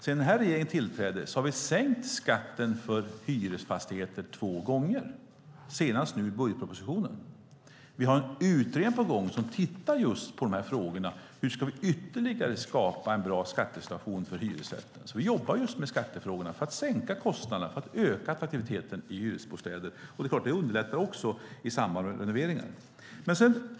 Sedan den här regeringen tillträdde har vi sänkt skatten för hyresfastigheter två gånger, senast nu genom budgetpropositionen. Vi har en utredning på gång som tittar just på frågorna om hur vi ytterligare ska skapa en bra skattesituation för hyresrätten. Vi jobbar just med skattefrågorna för att sänka kostnaderna och öka attraktiviteten i hyresbostäder. Det är klart att det också underlättar i samband med renoveringar.